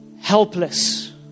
helpless